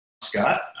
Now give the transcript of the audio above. Scott